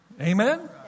Amen